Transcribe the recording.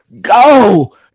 Go